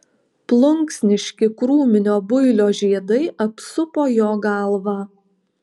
plunksniški krūminio builio žiedai apsupo jo galvą